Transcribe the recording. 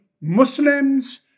Muslims